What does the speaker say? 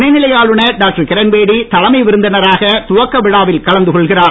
துணை நிலை ஆளுநர் டாக்டர் கிரண்பேடி தலைமை விருந்தினராக துவக்க விழாவில் கலந்து கொள்கிறார்